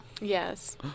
Yes